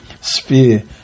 sphere